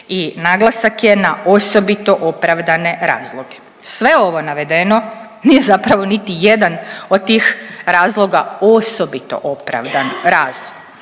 i naglasak je na osobito opravdane razloge. Sve ovo navedeno nije zapravo niti jedan od tih razloga osobito opravdan razlog.